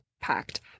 packed